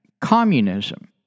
communism